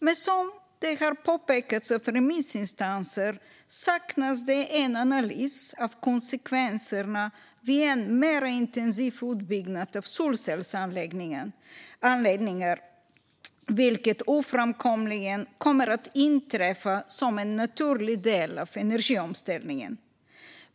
Men det saknas, som remissinstanser har påpekat, en analys av konsekvenserna vid en mer intensiv utbyggnad av solcellsanläggningar, vilken ofrånkomligen kommer att inträffa som en naturlig del av energiomställningen.